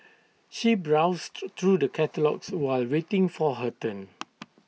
she browsed through the catalogues while waiting for her turn